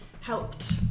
helped